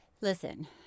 Listen